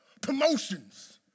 promotions